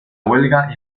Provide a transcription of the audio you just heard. huelga